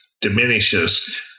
diminishes